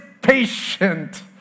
patient